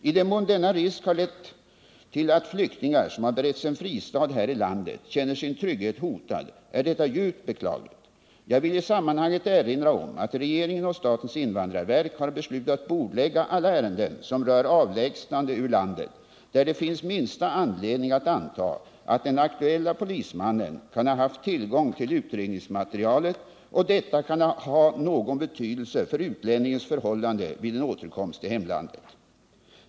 I den mån denna risk har lett till att flyktingar, som har beretts en fristad här i landet, känner sin trygghet hotad är detta djupt beklagligt. Jag vill i sammanhanget erinra om att regeringen och statens invandrarverk har beslutat bordlägga alla ärenden, som rör avlägsnande ur landet, där det finns minsta anledning att anta att den aktuelle polismannen kan ha haft tillgång till utredningsmaterialet och detta kan ha någon betydelse för utlänningens förhållande vid en återkomst till hemlandet.